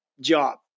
job